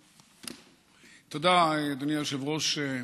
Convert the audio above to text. תודה, אדוני היושב-ראש,